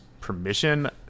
permission